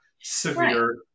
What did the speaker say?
severe